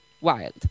wild